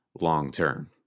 long-term